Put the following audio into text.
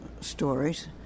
Stories